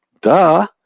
Duh